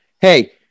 Hey